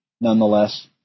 Nonetheless